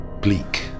bleak